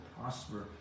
prosper